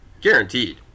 Guaranteed